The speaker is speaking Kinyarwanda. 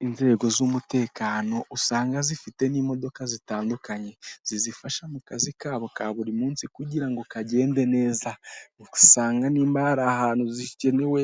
Uyu ni umuhanda wo mu bwoko bwa kaburimbo usize amabara y'umukara n'uturongo tw'umweru, hirya gato hari ubusitani bwiza butoshye bw'icyatsi n'ibiti birebire bitanga umuyaga n'amahumbezi biri imbere